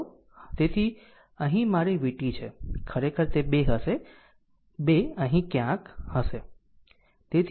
તેથી અહીં આ મારી vt છે ખરેખર તે 2 હશે 2 અહીં ક્યાંક હશે